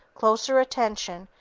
closer attention,